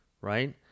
right